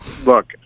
Look